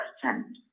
question